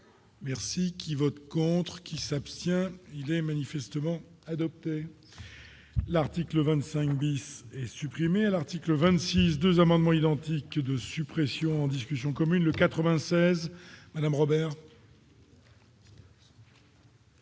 Merci qui vote contre qui s'abstient, il est manifestement adopté l'article 25 de supprimer l'article 26 2 amendements identiques de suppression discussion commune le 96 Madame Robert.